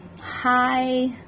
Hi